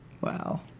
Wow